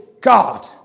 God